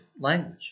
language